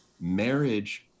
marriage